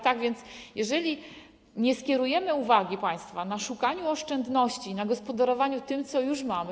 Tak więc jeżeli nie skierujemy uwagi państwa na szukanie oszczędności, na gospodarowanie tym, co mamy.